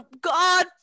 god